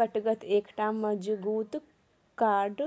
कैटगत एकटा मजगूत कोर्ड